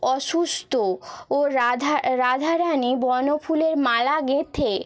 অসুস্থ ও রাধারানি বনফুলের মালা গেঁথে